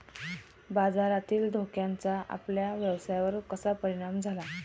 बाजारातील धोक्याचा आपल्या व्यवसायावर कसा परिणाम झाला?